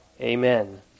Amen